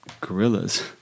gorillas